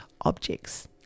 objects